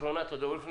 אחרונת הדוברים,